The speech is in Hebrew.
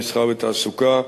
המסחר והתעסוקה,